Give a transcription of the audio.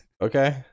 Okay